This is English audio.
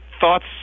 thoughts